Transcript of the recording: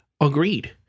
Agreed